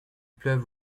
pleuve